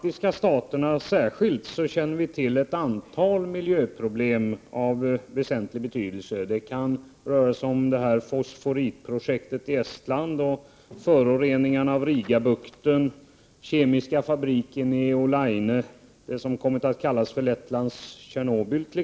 Fru talman! Vi känner till ett antal miljöproblem av väsentlig betydelse särskilt i de baltiska staterna. Det rör sig om fosforitprojektet i Estland, föroreningarna i Rigabukten och föroreningarna från den kemiska fabriken i Olaine, som kommit att kallas för Lettlands Tjernobyl.